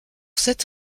cette